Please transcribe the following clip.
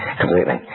Completely